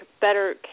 better